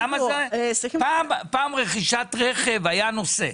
פעם רכישת רכב היה נושא.